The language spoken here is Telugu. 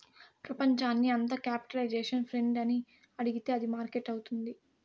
ప్రపంచాన్ని అంత క్యాపిటలైజేషన్ ఫ్రెండ్ అని అడిగితే అది మార్కెట్ అవుతుంది